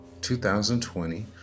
2020